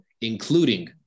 including